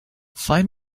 find